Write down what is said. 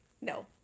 No